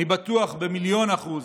אני בטוח במיליון אחוז